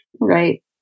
Right